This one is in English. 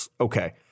okay